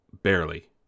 Barely